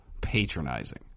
patronizing